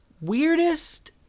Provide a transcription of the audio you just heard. weirdest